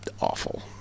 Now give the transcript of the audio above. awful